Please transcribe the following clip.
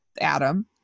adam